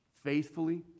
Faithfully